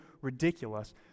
ridiculous